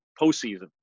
postseason